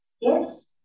Yes